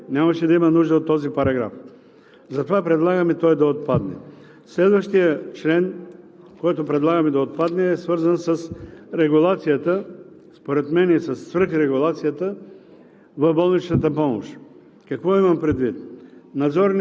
въобще нямаше да има нужда от тези текстове, нямаше да има нужда от този параграф – затова предлагаме той да отпадне. Следващият член, който предлагаме да отпадне, е свързан с регулацията според мен и със свръхрегулацията